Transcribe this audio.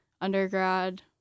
undergrad